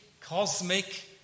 cosmic